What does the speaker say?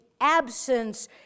absence